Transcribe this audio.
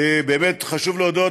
חשוב להודות,